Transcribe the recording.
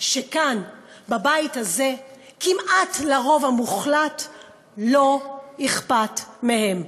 שכאן בבית הזה כמעט לרוב המוחלט לא אכפת מהם.